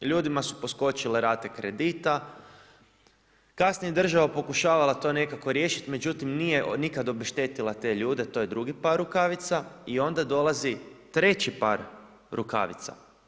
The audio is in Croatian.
Ljudima su poskočile rate kredita, kasnije je država pokušavala to nekako riješiti, međutim, nije nikada obeštetila te ljude, to je drugi par rukavica i onda dolazi treći par rukavica.